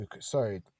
Sorry